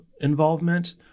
involvement